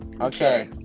Okay